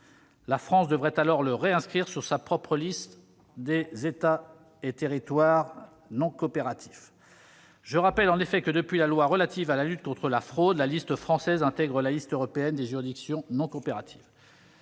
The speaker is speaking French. La France devrait alors le réinscrire sur sa propre liste des États et territoires non coopératifs. Je rappelle en effet que, depuis la loi relative à la lutte contre la fraude, la liste française intègre la liste européenne des juridictions non coopératives.